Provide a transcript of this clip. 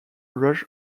rush